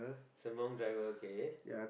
Sembawang driver okay